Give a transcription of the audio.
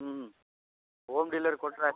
ಹ್ಞೂ home delivery ಕೊಟ್ಟರೆ ಆಯಿತು